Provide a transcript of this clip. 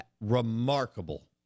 remarkable